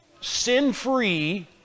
sin-free